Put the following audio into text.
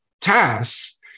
tasks